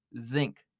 zinc